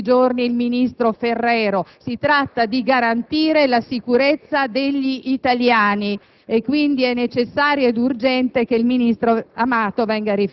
che apre una grande ferita ancor più sulla sicurezza degli italiani. Non si tratta di rispettare la libertà di culto o di religione,